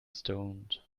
stoned